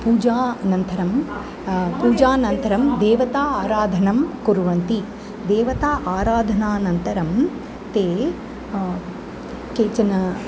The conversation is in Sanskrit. पूजा अनन्तरं पूजानान्तरं देवता आराधनां कुर्वन्ति देवता आराधनानन्तरं ते केचन